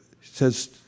says